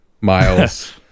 Miles